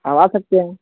آواز کٹ رہا ہے